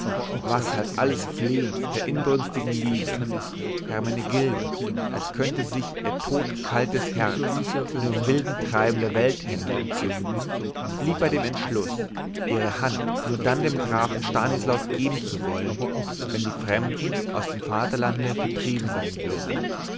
was half alles flehen der inbrünstigen liebe hermenegilda als könne sich ihr todkaltes herz nur im wilden treiben der welthändel entzünden blieb bei dem entschluß ihre hand nur dann dem grafen stanislaus geben zu wollen wenn die fremden aus dem vaterlande vertrieben sein würden